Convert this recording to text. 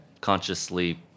consciously